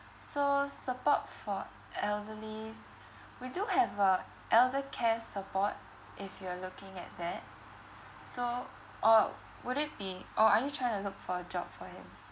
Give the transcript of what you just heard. so support for elderlies we do have a elder care support if you are looking at that so or would it be or are you trying look for a job for him